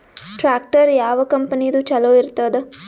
Tractor ಯಾವ ಕಂಪನಿದು ಚಲೋ ಇರತದ?